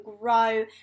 grow